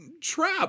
trap